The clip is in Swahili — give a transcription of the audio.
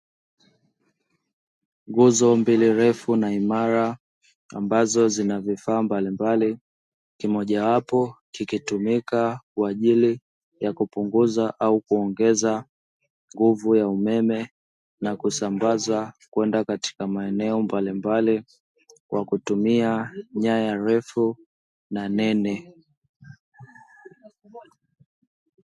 Nguzo mbili ndefu na imara ambazo zina vifaa mbalimbali kimojawapo kikitumika kwa ajili ya kupunguza au kuongeza nguvu ya umeme na kusambazwa kwenda katika maeneo mbalimbali kwa kutumia nyaya ndefu na nene.